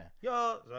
Yo